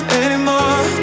anymore